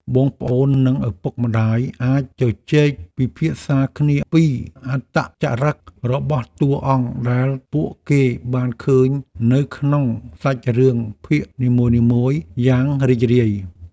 បងប្អូននិងឪពុកម្ដាយអាចជជែកពិភាក្សាគ្នាអំពីអត្តចរិតរបស់តួអង្គដែលពួកគេបានឃើញនៅក្នុងសាច់រឿងភាគនីមួយៗយ៉ាងរីករាយ។